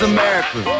America